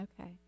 Okay